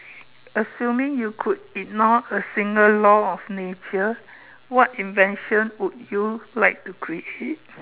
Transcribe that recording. assuming you could ignore a single law of nature what invention would you like to create